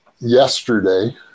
yesterday